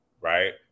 Right